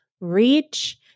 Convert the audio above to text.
reach